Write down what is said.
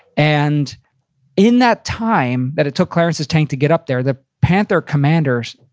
and in that time that it took clarence's tank to get up there, the panther commander,